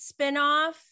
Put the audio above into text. spinoff